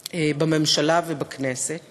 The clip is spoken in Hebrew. בממשלה ובכנסת